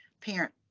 parent